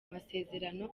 masezerano